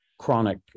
chronic